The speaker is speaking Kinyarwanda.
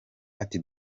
ati